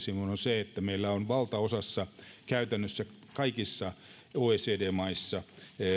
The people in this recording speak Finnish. on se että meillä on valtaosassa käytännössä kaikissa oecd maissa